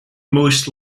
most